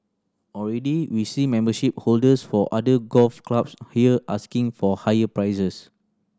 already we see membership holders for other golf clubs here asking for higher prices